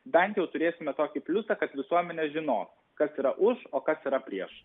bent jau turėsime tokį pliusą kad visuomenė žino kas yra už o kas yra prieš